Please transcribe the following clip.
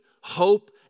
hope